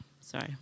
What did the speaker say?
Sorry